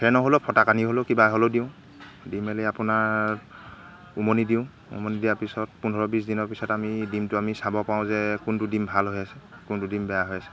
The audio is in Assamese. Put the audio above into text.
খেৰ নহ'লেও ফটাকানি হ'লেও কিবা হ'লেও দিওঁ দি মেলি আপোনাৰ উমনি দিওঁ উমনি দিয়াৰ পিছত পোন্ধৰ বিছ দিনৰ পিছত আমি ডিমটো আমি চাব পাৰোঁ যে কোনটো ডিম ভাল হৈ আছে কোনটো ডিম বেয়া হৈ আছে